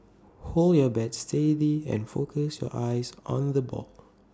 hold your bat steady and focus your eyes on the ball